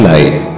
Life